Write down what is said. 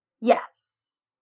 Yes